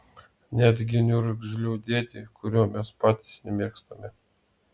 netgi niurgzliui dėdei kurio mes patys nemėgstame